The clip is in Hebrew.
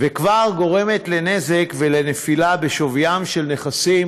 ושכבר גורמת לנזק ולנפילה בשוויים של נכסים